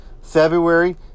February